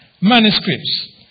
Manuscripts